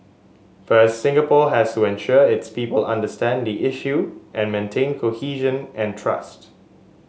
first Singapore has to ensure its people understand the issue and maintain cohesion and trust